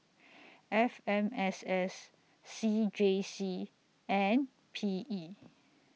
F M S S C J C and P E